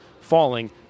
falling